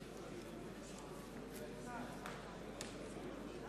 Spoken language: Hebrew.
מתן וילנאי,